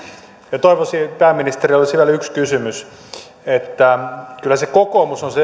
ja pääministeri olisi vielä yksi kysymys kyllä se kokoomus